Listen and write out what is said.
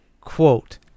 Quote